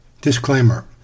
Disclaimer